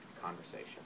conversation